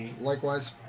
Likewise